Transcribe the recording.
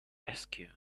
askew